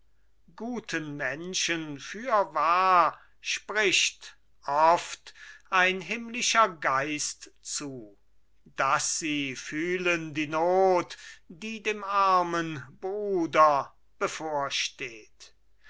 guten menschen fürwahr spricht oft ein himmlischer geist zu daß sie fühlen die not die dem armen bruder bevorsteht